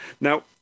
Now